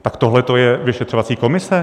Tak tohleto je vyšetřovací komise?